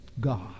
God